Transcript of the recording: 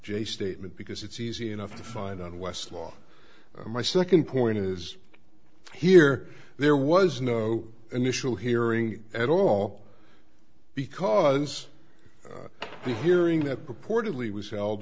j statement because it's easy enough to find on westlaw my second point is here there was no initial hearing at all because the hearing that reportedly was held whe